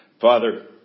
Father